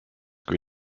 kui